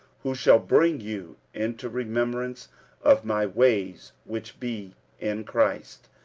who shall bring you into remembrance of my ways which be in christ,